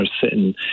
sitting